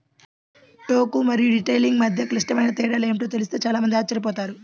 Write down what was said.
టోకు మరియు రిటైలింగ్ మధ్య క్లిష్టమైన తేడాలు ఏమిటో తెలిస్తే చాలా మంది ఆశ్చర్యపోతారు